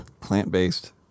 Plant-based